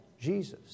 Jesus